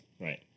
Right